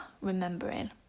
remembering